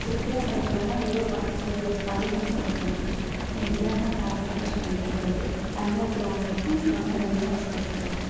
சுற்றுலா பயணிகள்லாம் எங்கள் ஊர் பக்கத்திலையே ஒரு கங்கைகொண்ட சோழபுரம் இருக்குது இரண்டாம் ராஜ ராஜ சோழன் கட்டியது தஞ்சாவூர்ல ஒன்று இருக்கும் இந்த மாதிரி கங்கைகொண்ட சோழபுரத்துல இருக்கும்